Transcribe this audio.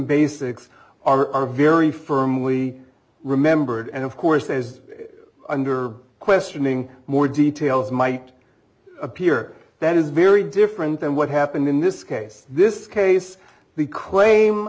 basics are very firmly remembered and of course as under questioning more details might appear that is very different than what happened in this case this case the claim